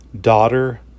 daughter